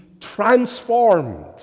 transformed